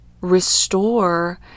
restore